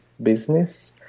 business